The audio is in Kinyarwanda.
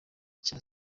cya